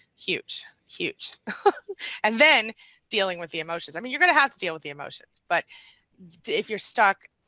huge, huge and then dealing with the emotions. i mean, you're gonna have to deal with the emotions, but if you're stuck,